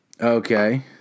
Okay